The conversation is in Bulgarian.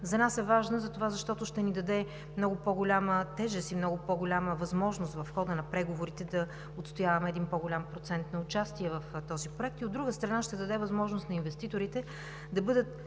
За нас е важна затова, защото ще ни даде много по голяма тежест и много по-голяма възможност в хода на преговорите да отстояваме един по-голям процент на участие в този проект, от друга страна, ще даде възможност на инвеститорите да бъдат